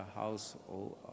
household